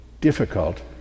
difficult